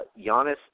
Giannis